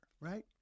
right